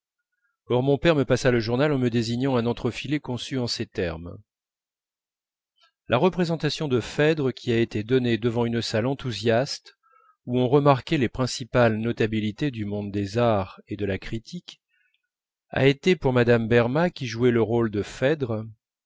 or mon père me passa le journal en me désignant un entrefilet conçu en ces termes la représentation de phèdre qui a été donnée devant une salle enthousiaste où on remarquait les principales notabilités du monde des arts et de la critique a été pour mme berma qui jouait le rôle de phèdre